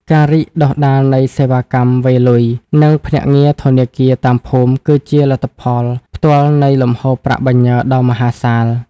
ការរីកដុះដាលនៃសេវាកម្មវេរលុយ និងភ្នាក់ងារធនាគារតាមភូមិ គឺជាលទ្ធផលផ្ទាល់នៃលំហូរប្រាក់បញ្ញើដ៏មហាសាល។